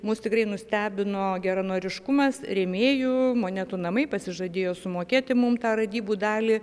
mus tikrai nustebino geranoriškumas rėmėjų monetų namai pasižadėjo sumokėti mum tą radybų dalį